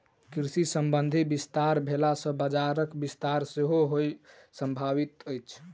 कृषि संबंधी विस्तार भेला सॅ बजारक विस्तार सेहो होयब स्वाभाविक अछि